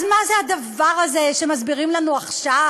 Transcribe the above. אז מה זה הדבר הזה שמסבירים לנו עכשיו: